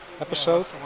episode